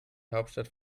hauptstadt